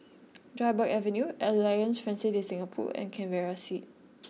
Dryburgh Avenue Alliance Francaise de Singapour and Canberra Street